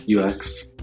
UX